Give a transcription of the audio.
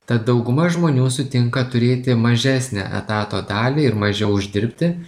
tad dauguma žmonių sutinka turėti mažesnę etato dalį ir mažiau uždirbti